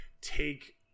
take